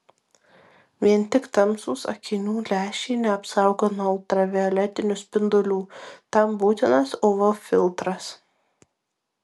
vien tik tamsūs akinių lęšiai neapsaugo nuo ultravioletinių spindulių tam būtinas uv filtras